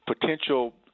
potential